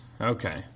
okay